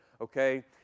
okay